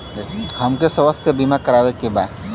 हमके स्वास्थ्य बीमा करावे के बा?